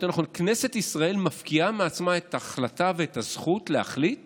או יותר נכון כנסת ישראל מפקיעה מעצמה את ההחלטה ואת הזכות להחליט